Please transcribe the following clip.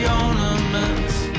ornaments